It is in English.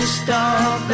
stop